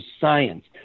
science